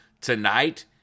tonight